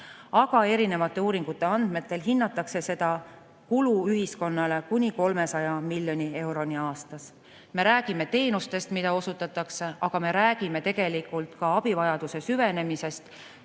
Aga erinevate uuringute andmetel hinnatakse seda kulu ühiskonnale kuni 300 miljonit eurot aastas. Me räägime teenustest, mida osutatakse, aga me räägime tegelikult ka abivajaduse süvenemisest